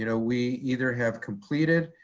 you know we either have completed